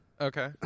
Okay